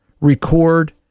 record